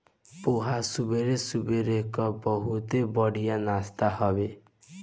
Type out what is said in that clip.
पोहा सबेरे सबेरे कअ बहुते बढ़िया नाश्ता हवे